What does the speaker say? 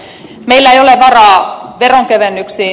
meillä ei ole varaa veronkevennyksiin